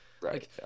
Right